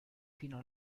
fino